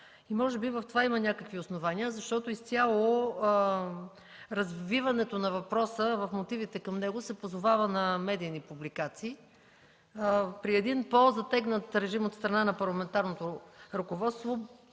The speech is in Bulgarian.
Може би в това има някакви основания, защото изцяло развиването на въпроса в мотивите към него се позовава на медийни публикации. При по-затегнат режим от страна на парламентарното ръководство